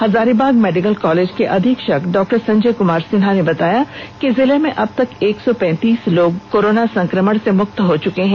Hazaribagh medical college के अधीक्षक डॉ संजय कमार सिन्हा ने बताया कि जिले में अबतक एक सौ पैंतीस लोग कोरोना संक्रमण से मुक्त हो चुके हैं